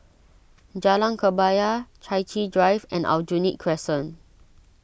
Jalan Kebaya Chai Chee Drive and Aljunied Crescent